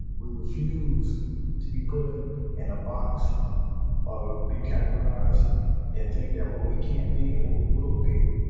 we refuse to be put in a box or be categorized and think that what we can't be and what we will be.